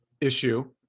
issue